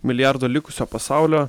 milijardo likusio pasaulio